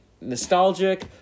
nostalgic